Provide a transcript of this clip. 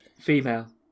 Female